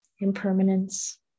impermanence